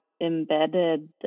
embedded